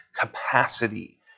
capacity